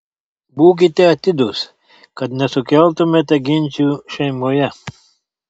būkite atidūs kad nesukeltumėte ginčų šeimoje